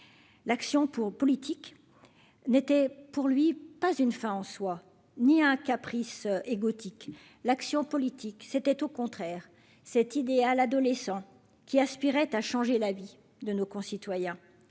l'action pour politique n'était pour lui, pas une fin en soi, ni un caprice et gothique, l'action politique, c'était au contraire cet idéal adolescent qui aspirait à changer la vie de nos concitoyens